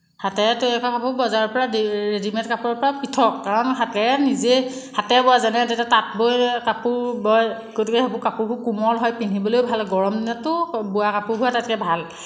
হাতেৰে তৈয়াৰ কৰা কাপোৰবোৰ বজাৰৰপৰা ৰেডি মেড কাপোৰৰপৰা পৃথক কাৰণ হাতেৰে নিজে হাতে বোৱা যেনে তাত বৈ কাপোৰ বয় গতিকে সেইবোৰ কাপোৰবোৰ কোমল হয় পিন্ধিবলৈও ভাল গৰম দিনতটো বোৱা কাপোৰবোৰ আটাইতকৈ ভাল